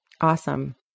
Awesome